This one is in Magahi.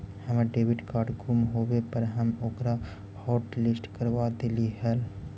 हमर डेबिट कार्ड गुम होवे पर हम ओकरा हॉटलिस्ट करवा देली हल